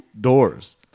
doors